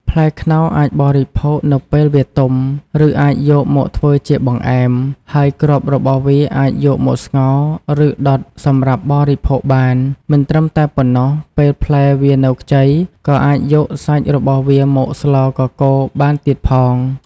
ផ្លែខ្នុរអាចបរិភោគនៅពែលវាទុំ ឬអាចយកមកធ្វើជាបង្អែម ហើយគ្រាប់របស់វាអាចយកមកស្ងោរ ឬដុតសម្រាប់បរិភោគបាន មិនត្រឹមតែប៉ុណ្នោះពេលផ្លែវានៅខ្ចីក៏អាចយកសាច់របស់វាមកស្លកកូរបានទៀតផង។